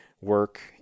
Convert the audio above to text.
work